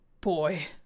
boy